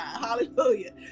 Hallelujah